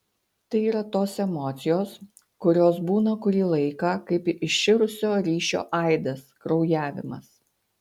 tai yra tos emocijos kurios būna kurį laiką kaip iširusio ryšio aidas kraujavimas